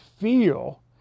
feel